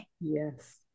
Yes